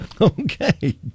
Okay